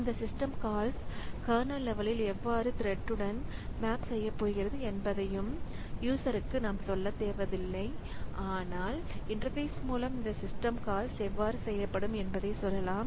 இந்த system calls kernel லெவலில் எவ்வாறு த்ரெட் உடன் மேப் செய்ய போகிறது என்பதை பயனருக்கு நாம் சொல்லத் தேவையில்லை ஆனால் இன்டர்பேஸ் மூலம் இந்த சிஸ்டம் கால்ஸ் எவ்வாறு செய்யப்படும் என்பதை சொல்லலாம்